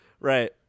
Right